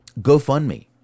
GoFundMe